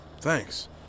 Thanks